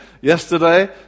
yesterday